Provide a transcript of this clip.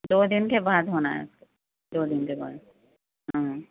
دو دن کے بعد ہونا ہے اس دو دن کے بعد ہاں